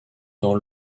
dans